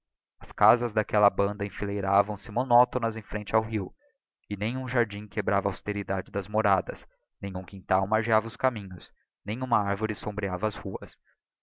as casas d'aquella banda eníileiravam se monótonas em frente ao rio e nem um jardim quebrava a austeridade das moradas nem um quintal margeava os caminhos nem uma arvore sombreava as ruas